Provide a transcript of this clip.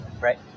Right